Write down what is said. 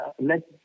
let